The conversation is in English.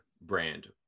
brand